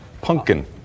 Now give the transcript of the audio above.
Pumpkin